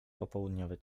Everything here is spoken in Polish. popołudniowe